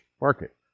market